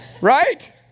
Right